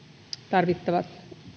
tarvittavat toimenpiteet